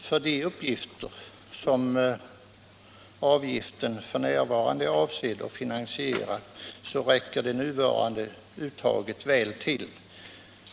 För de uppgifter som avgiften f. n. är avsedd att finansiera räcker det nuvarande uttaget väl till.